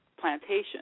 Plantation